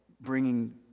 bringing